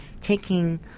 taking